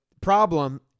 problem